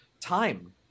time